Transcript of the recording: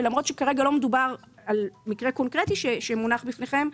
ולמרות שכרגע לא מדובר על מקרה קונקרטי שמונח בפניכם,